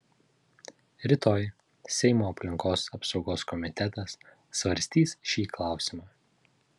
rytoj seimo aplinkos apsaugos komitetas svarstys šį klausimą